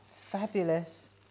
Fabulous